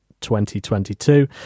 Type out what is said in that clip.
2022